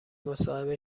مصاحبه